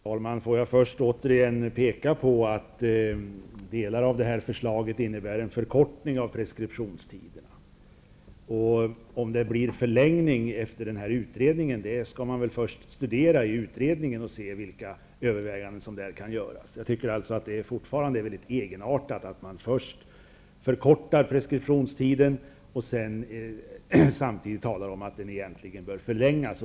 Herr talman! Får jag först återigen peka på att delar av det här förslaget innebär en förkortning av preskriptionstiderna. Om det blir en förlängning vet vi först efter det att man har studerat frågan i utredningen och sett vilka överväganden som kan göras. Jag tycker fortfarande att det är mycket egenartat att man förkortar preskriptionstiden samtidigt som man talar om att den egentligen bör förlängas.